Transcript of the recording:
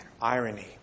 irony